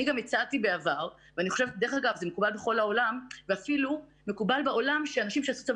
הצעתי בעבר זה מקובל בכל העולם מקובל בעולם שאנשים שעשו צבא